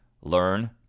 Learn